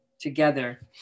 together